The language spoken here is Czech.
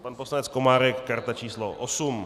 Pan poslanec Komárek karta číslo 8.